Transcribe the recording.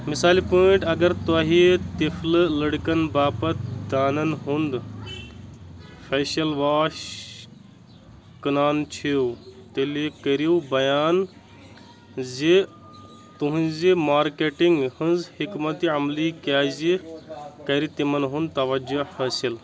مِثالہِ پٲٹھۍ اَگر تۄہہِ تِفلہٕ لڑکَن باپتھ تانَن ہُند فیٚشل واش کٕنان چھِو تیٚلہِ کٔرِو بَیان زِ تُہٕنزِ مارکیٹنگ ہٕنز حِکمَتہِ عملی کِیازِ کَرِ تِمَن ہُند توجہ حٲصِل